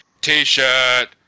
T-shirt